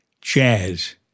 jazz